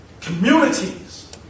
Communities